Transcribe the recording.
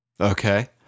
Okay